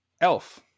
Elf